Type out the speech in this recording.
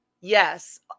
yes